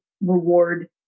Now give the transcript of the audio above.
reward